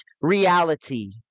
reality